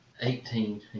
Eighteen